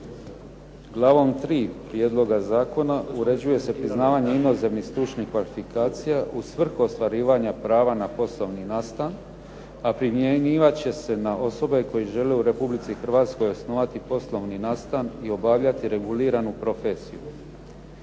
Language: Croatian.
Glavom 3. Prijedloga zakona uređuje se priznavanje inozemnih stručnih kvalifikacija u svrhu ostvarivanja prava na poslovni nastan, a primjenjivat će se na osobe koje žele u Republici Hrvatskoj osnovati poslovni nastan i obavljati reguliranu profesiju.